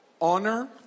honor